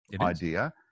idea